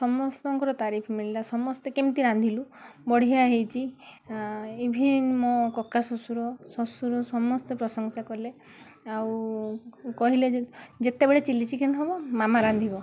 ସମସ୍ତଙ୍କର ତାରିଫ ମିଳିଲା ସମସ୍ତେ କେମିତି ରାନ୍ଧିଲୁ ବଢ଼ିଆ ହେଇଛି ଇଭିନ୍ ମୋ କକା ଶ୍ୱଶୁର ଶ୍ୱଶୁର ସମସ୍ତେ ପ୍ରଶଂସା କଲେ ଆଉ ଆଉ କହିଲେ ଯେ ଯେତେବେଳେ ଚିଲ୍ଲି ଚିକେନ ହେବ ମାମା ରାନ୍ଧିବ